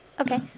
Okay